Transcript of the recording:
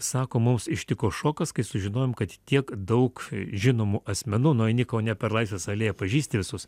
sako mus ištiko šokas kai sužinojom kad tiek daug žinomų asmenų nueini kaune per laisvės alėją pažįsti visus